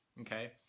Okay